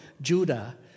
Judah